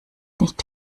nicht